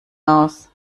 aus